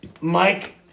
Mike